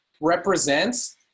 represents